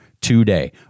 today